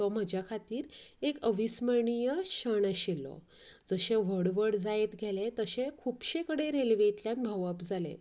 तो म्हज्या खातीर एक अविस्मरणीय क्षण आशिल्लो जशें व्हड व्हड जायत गेले तशें खुबशे कडेन रेल्वेंतल्यान भोंवप जालें